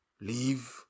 Leave